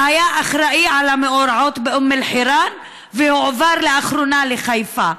שהיה אחראי למאורעות באום אל-חיראן והועבר לאחרונה לחיפה,